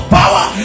power